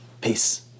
peace